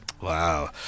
Wow